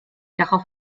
darauf